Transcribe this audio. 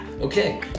Okay